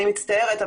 אני מצטערת,